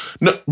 No